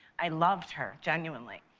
i loved her genuinely.